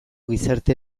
gizarte